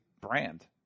brand